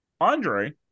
Andre